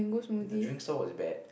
the drinks stall was bad